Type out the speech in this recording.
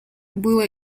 было